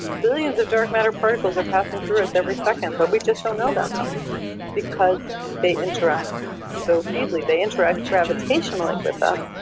millions of dark matter particles are passing through us every second, but we just don't know about them because they interact so feebly. they interact gravitationally with us,